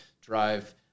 drive